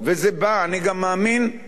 אני גם מאמין שהשינויים,